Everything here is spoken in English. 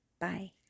bye